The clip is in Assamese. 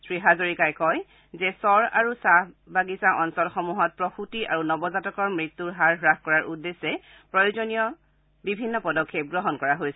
শ্ৰীহাজৰিকাই কয় যে চৰ আৰু চাহ বাগিচা অঞ্চলসমূহত প্ৰসূতি আৰু নৱজাতকৰ মৃত্যুৰ হাৰ হাস কৰাৰ উদ্দেশ্যে প্ৰয়োজনীয় ব্যৱস্থা বিভিন্ন পদক্ষেপ গ্ৰহণ কৰা হৈছে